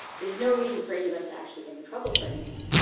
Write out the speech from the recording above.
there's no reason for any of us to actually get in trouble for anything.